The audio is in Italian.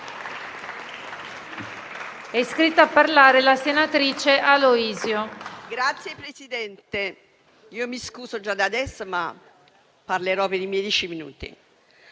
Signor Presidente, mi scuso già da adesso, ma parlerò per i miei dieci minuti.